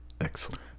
excellent